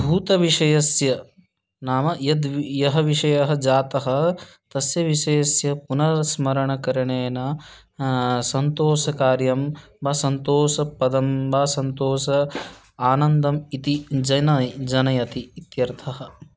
भूतविषयस्य नाम यद्वद् यः विषयः जातः तस्य विषयस्य पुनस्मरणं करणेन सन्तोषकार्यं वा सन्तोषपदं वा सन्तोषम् आनन्दम् इति जनयति जनयति इत्यर्थः